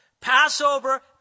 Passover